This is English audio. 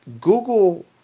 Google